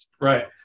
Right